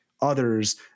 others